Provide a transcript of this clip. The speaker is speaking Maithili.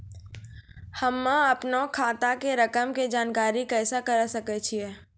हम्मे अपनो खाता के रकम के जानकारी कैसे करे सकय छियै?